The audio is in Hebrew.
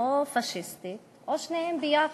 או פאשיסטית או שניהם ביחד.